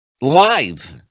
live